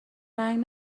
رنگ